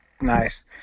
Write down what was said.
Nice